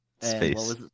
Space